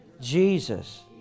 Jesus